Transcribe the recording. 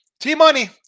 T-Money